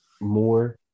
more